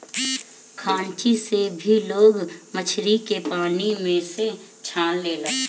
खांची से भी लोग मछरी के पानी में से छान लेला